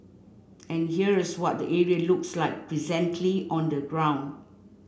and here's what the area looks like presently on the ground